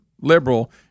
liberal